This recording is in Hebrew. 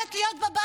מסוגלת להיות בבית,